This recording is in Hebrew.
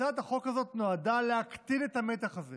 הצעת החוק הזאת נועדה להקטין את המתח הזה